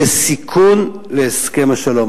יש סיכון להסכם השלום.